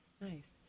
Nice